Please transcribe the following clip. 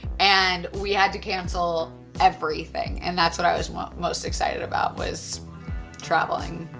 and we had to cancel everything. and that's what i was was most excited about was traveling.